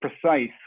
precise